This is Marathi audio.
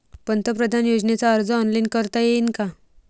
पंतप्रधान योजनेचा अर्ज ऑनलाईन करता येईन का?